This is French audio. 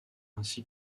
ainsi